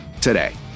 today